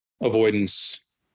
avoidance